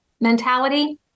mentality